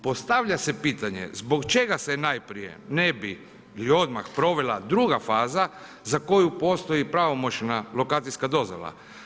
Postavlja se pitanje zbog čega se najprije ne bi i odmah provela druga faza koju postoji pravomoćna lokacijska dozvola?